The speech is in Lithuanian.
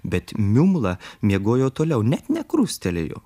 bet miumla miegojo toliau net nekrustelėjo